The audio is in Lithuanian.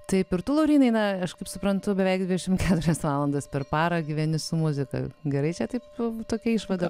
taip ir tu laurynai na aš kaip suprantu beveik dvidešimt keturias valandas per parą gyveni su muzika gerai čia taip tokia išvada